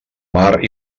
mar